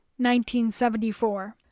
1974